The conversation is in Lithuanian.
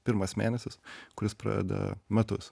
pirmas mėnesis kuris pradeda metus